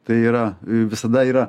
tai yra visada yra